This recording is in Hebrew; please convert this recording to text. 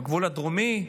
בגבול הדרומי.